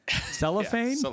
Cellophane